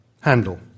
handle